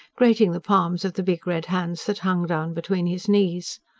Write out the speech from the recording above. grating the palms of the big red hands that hung down between his knees.